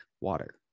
water